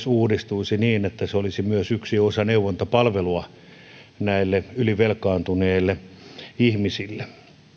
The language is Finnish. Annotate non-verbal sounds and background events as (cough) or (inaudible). (unintelligible) uudistuisi niin että se olisi myös yksi osa neuvontapalvelua näille ylivelkaantuneille ihmisille